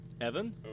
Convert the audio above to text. Evan